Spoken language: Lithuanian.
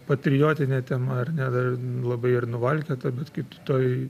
patriotinė tema ar ne dar labai ir nuvalkiota bet kai tu toj